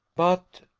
but,